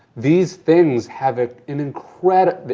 this things have an incredible,